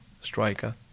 striker